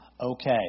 Okay